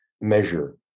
measure